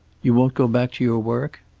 you won't go back to your work?